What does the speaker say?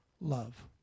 love